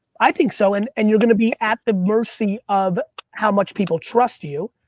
i think so. and and you're gonna be at the mercy of how much people trust you.